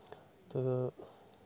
تہٕ